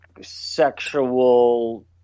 sexual